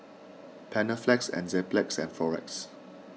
Panaflex Enzyplex and Floxia